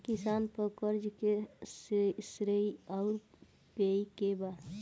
किसान पर क़र्ज़े के श्रेइ आउर पेई के बा?